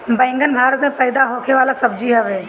बैगन भारत में पैदा होखे वाला सब्जी हवे